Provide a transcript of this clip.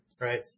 right